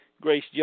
Grace